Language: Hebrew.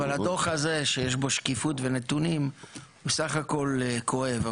אבל הדוח הזה שיש בו שקיפות ונתונים בסך הכול כואב.